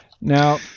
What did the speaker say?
Now